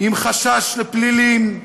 עם חשש לפלילים,